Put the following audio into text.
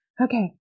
okay